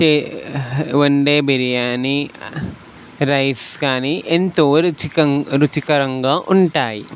చే వండే బిర్యానీ రైస్ కానీ ఎంతో రుచిక రుచికరంగా ఉంటాయి